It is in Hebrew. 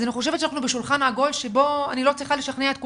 אז אני חושבת שאנחנו בשולחן עגול שבו אני לא צריכה לשכנע את כולכם.